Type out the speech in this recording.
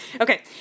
Okay